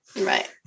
Right